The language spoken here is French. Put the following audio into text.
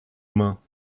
mains